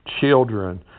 children